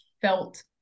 felt